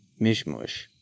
mishmush